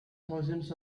thousands